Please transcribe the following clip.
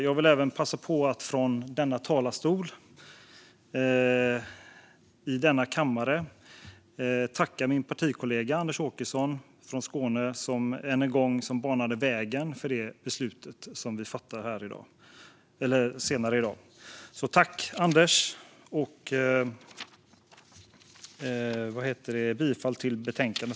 Jag vill passa på att än en gång från denna talarstol, i denna kammare, tacka min partikollega Anders Åkesson från Skåne, som banade vägen för det beslut vi ska fatta senare i dag. Tack, Anders! Jag yrkar bifall till utskottets förslag till beslut i betänkandet.